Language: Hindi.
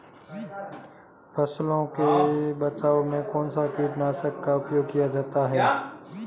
फसलों के बचाव में कौनसा कीटनाशक का उपयोग किया जाता है?